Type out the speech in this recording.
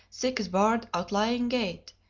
six-barred, outlying gate,